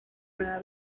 nueva